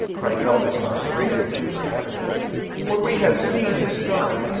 cried balthasar, breaking through his gravity for we have seen his star,